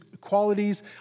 qualities